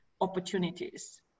opportunities